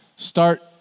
Start